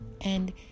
And